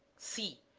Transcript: c.